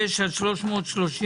336 עד 337,